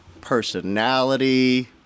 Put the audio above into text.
personality